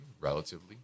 relatively